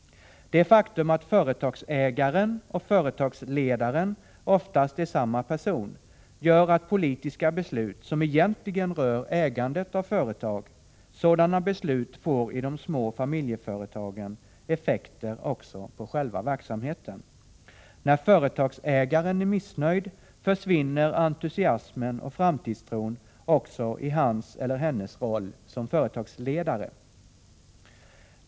Det faktum att företagsägaren och företagsledaren oftast är samma person gör att politiska beslut som egentligen rör ägandet av företaget, i de små familjeföretagen får effekter också på själva verksamheten. När företagsägaren är missnöjd försvinner entusiasmen och framtidstron också i hans eller hennes roll som företagsledare.